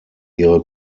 ihre